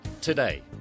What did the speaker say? today